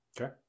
Okay